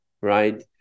right